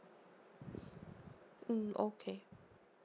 mm okay